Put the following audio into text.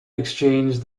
exchanged